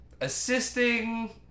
assisting